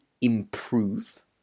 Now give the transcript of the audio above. improve